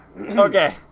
okay